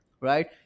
right